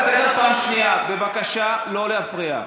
בבקשה לא להפריע.